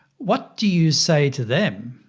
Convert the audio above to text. what do you say to them?